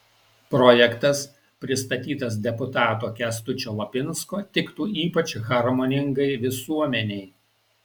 projektas pristatytas deputato kęstučio lapinsko tiktų ypač harmoningai visuomenei